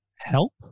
Help